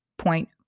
point